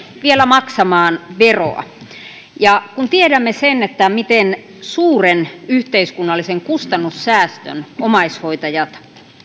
vielä maksamaan veroa kun tiedämme sen miten suuren yhteiskunnallisen kustannussäästön omaishoitajat